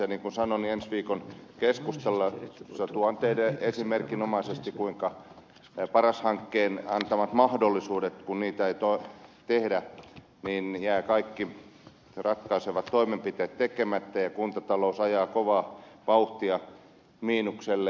niin kuin sanoin niin ensi viikon keskustelussa tuon teille esimerkinomaisesti kuinka paras hankkeen antamat mahdollisuudet kun niitä ei tehdä jäävät käyttämättä ja kaikki ratkaisevat toimenpiteet jäävät tekemättä ja kuntatalous ajaa kovaa vauhtia miinukselle